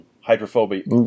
hydrophobic